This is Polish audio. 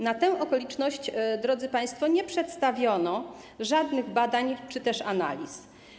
Na tę okoliczność, drodzy państwo, nie przedstawiono żadnych badań czy też analiz.